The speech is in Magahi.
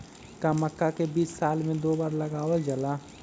का मक्का के बीज साल में दो बार लगावल जला?